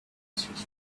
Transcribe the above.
small